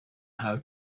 how